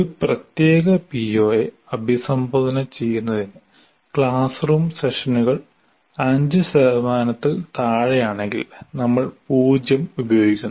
ഒരു പ്രത്യേക പിഒയെ അഭിസംബോധന ചെയ്യുന്നതിന് ക്ലാസ് റൂം സെഷനുകൾ 5 ശതമാനത്തിൽ താഴെയാണെങ്കിൽ നമ്മൾ 0 ഉപയോഗിക്കുന്നു